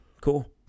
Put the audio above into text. cool